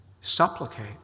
Supplicate